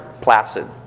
placid